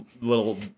little